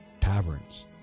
Taverns